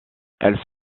elles